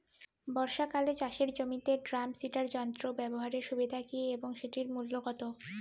বর্ষাকালে চাষের জমিতে ড্রাম সিডার যন্ত্র ব্যবহারের সুবিধা কী এবং সেটির মূল্য কত?